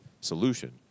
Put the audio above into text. solution